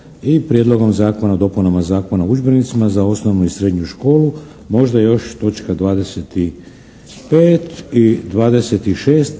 Prijedlogom zakona o dopunama Zakona o udžbenicima za osnovnu i srednju školu. Možda još točka 25. i 26.